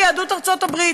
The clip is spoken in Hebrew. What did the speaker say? ליהדות ארצות הברית.